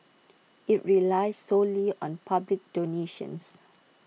IT relies solely on public donations